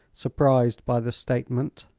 surprised by the statement.